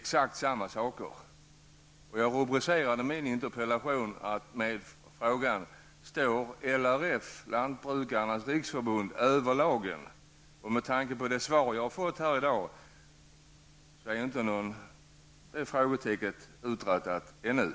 Jag hade tänkt rubricera min interpellation med frågan: Står RLF -- Lantbrukarnas Riksförbund -- över lagen? Med det svar jag har fått här i dag är det frågetecknet ännu inte uträtat.